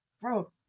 Bro